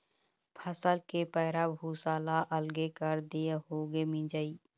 फसल के पैरा भूसा ल अलगे कर देए होगे मिंजई